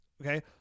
okay